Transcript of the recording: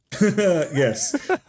Yes